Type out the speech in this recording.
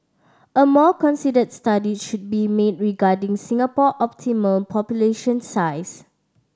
a more considered study should be made regarding Singapore optimal population size